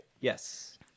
Yes